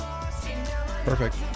Perfect